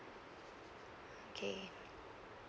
okay